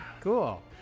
Cool